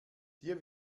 dir